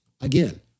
Again